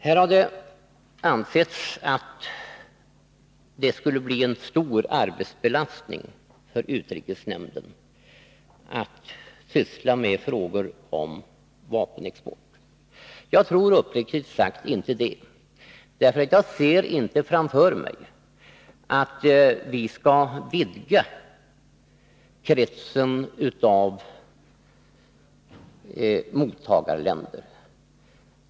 Här har det ansetts att det skulle bli en stor arbetsbelastning för utrikesnämnden att syssla med frågor om vapenexport. Jag tror uppriktigt sagt inte det. Jag ser inte framför mig att vi skall vidga kretsen av mottagarländer.